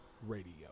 Radio